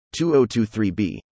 2023b